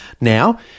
Now